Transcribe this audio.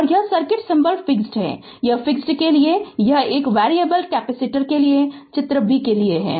और यह circuit symbol fixed है यह फिक्स्ड के लिए है और यह वेरिएबल कैपेसिटर के लिए चित्र b के लिए है